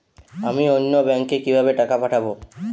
আমি অন্য ব্যাংকে কিভাবে টাকা পাঠাব?